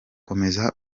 komeza